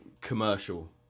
commercial